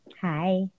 Hi